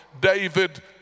David